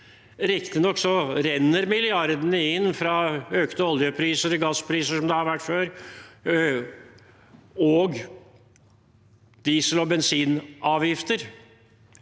Riktignok renner milliardene inn fra økte oljepriser og gassprisene, som det har gjort før, og diesel- og bensinavgifter.